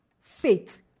faith